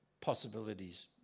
possibilities